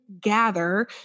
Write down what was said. gather